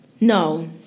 No